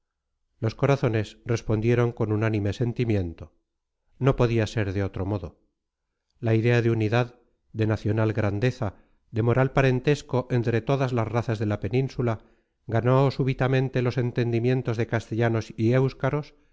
los corazones respondieron con unánime sentimiento no podía ser de otro modo la idea de unidad de nacional grandeza de moral parentesco entre todas las razas de la península ganó súbitamente los entendimientos de castellanos y éuskaros